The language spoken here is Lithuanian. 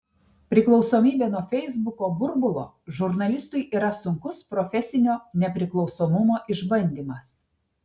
priklausomybė nuo feisbuko burbulo žurnalistui yra sunkus profesinio nepriklausomumo išbandymas